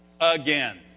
again